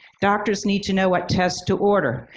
doctors need to know what test to order.